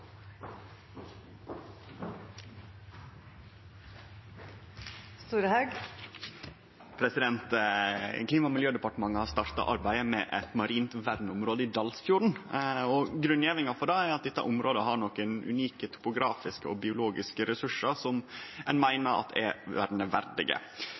Storehaug – til oppfølgingsspørsmål. Klima- og miljødepartementet har starta arbeidet med eit marint verneområde i Dalsfjorden. Grunngjevinga for det er at dette området har nokre unike topografiske og biologiske ressursar som ein